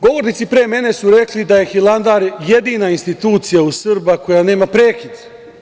Govornici pre mene su rekli da je Hilandar jedina institucija u Srba koja nema prekid.